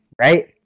right